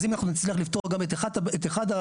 אז אם אנחנו נצליח לפתור את אחת הקטגוריות,